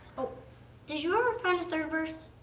did you ever find a third verse?